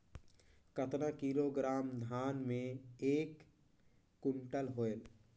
कतना किलोग्राम धान मे एक कुंटल होयल?